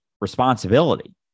responsibility